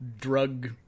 drug